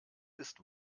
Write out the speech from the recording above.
ist